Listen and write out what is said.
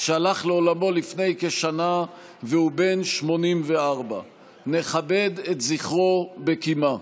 שהלך לעולמו לפני כשנה והוא בן 84. נכבד את זכרו בקימה.